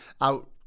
out